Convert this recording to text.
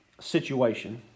situation